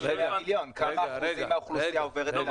כמה אחוזים מהאוכלוסייה עוברת לאפליקציה?